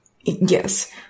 Yes